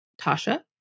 Tasha